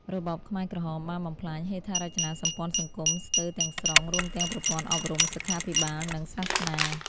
របបខ្មែរក្រហមបានបំផ្លាញហេដ្ឋារចនាសម្ព័ន្ធសង្គមស្ទើរទាំងស្រុង រួមទាំងប្រព័ន្ធអប់រំ សុខាភិបាល និងសាសនា។